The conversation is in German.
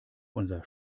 unser